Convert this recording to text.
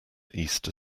easter